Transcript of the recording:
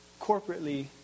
corporately